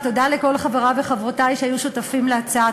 ותודה לכל חברי וחברותי שהיו שותפים להצעה.